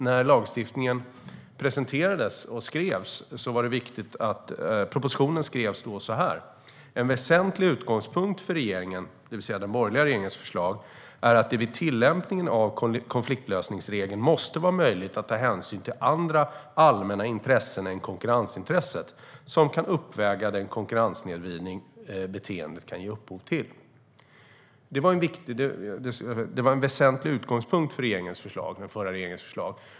När lagstiftningen infördes stod det i propositionen: "En väsentlig utgångspunkt för regeringens förslag" - det vill säga den borgerliga regeringen - "är att det vid tillämpning av konfliktlösningsregeln måste vara möjligt att ta hänsyn till andra allmänna intressen än konkurrensintresset som kan uppväga den konkurrenssnedvridning beteendet kan ge upphov till." Det var en väsentlig utgångspunkt för den förra regeringens förslag.